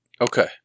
Okay